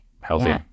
Healthy